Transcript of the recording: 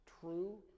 true